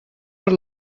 per